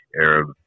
Arab